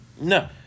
No